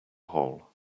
hole